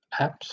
apps